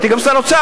הייתי גם שר האוצר,